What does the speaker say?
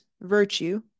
virtue